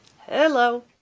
Hello